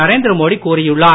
நரேந்திர மோடி கூறியுள்ளார்